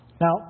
Now